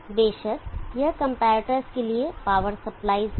बेशक यहां कंपैरेटर्स के लिए पावर सप्लाई हैं